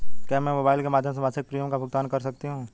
क्या मैं मोबाइल के माध्यम से मासिक प्रिमियम का भुगतान कर सकती हूँ?